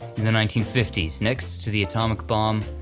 in the nineteen fifty s, next to the atomic bomb,